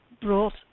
brought